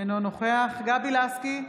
אינו נוכח גבי לסקי,